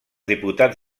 diputats